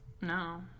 No